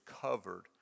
covered